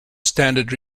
standard